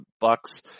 Bucks